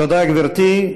תודה, גברתי.